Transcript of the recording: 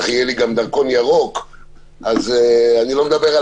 יהיה לי דרכון ירוק אז אני לא מדבר על